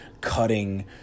cutting